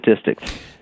statistics